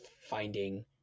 finding